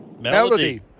Melody